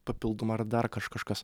papildoma ar dar kaž kažkas